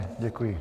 Děkuji.